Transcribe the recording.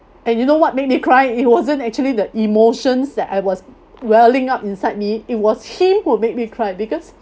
and you know what made me cry it wasn't actually the emotions that I was welling up inside me it was him who make me cried because